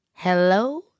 Hello